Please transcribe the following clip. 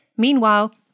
Meanwhile